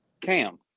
Cam